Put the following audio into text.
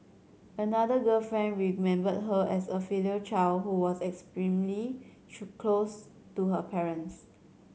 another girlfriend remembered her as a filial child who was extremely close to her parents